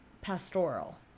Pastoral